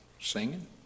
singing